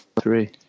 three